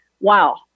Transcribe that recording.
wow